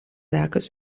werkes